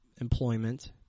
employment